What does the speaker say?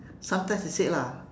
sometimes it's said lah